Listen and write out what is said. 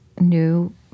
new